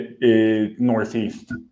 Northeast